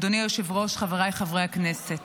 אדוני היושב-ראש, חבריי חברי הכנסת,